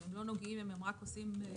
אם הם לא נוגעים ואם הם רק עושים תיקונים